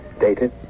Dated